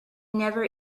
never